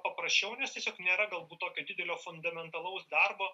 paprasčiau nes tiesiog nėra galbūt tokio didelio fundamentalaus darbo